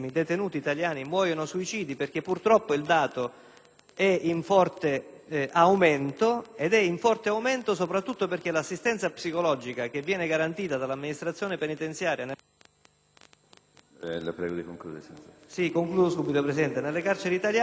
è in forte aumento, soprattutto perché l'assistenza psicologica garantita dall'amministrazione penitenziaria nelle carceri italiane è assolutamente minima,